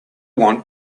want